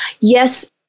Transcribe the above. yes